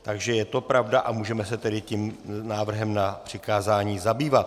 Takže je to pravda a můžeme se tedy tím návrhem na přikázání zabývat.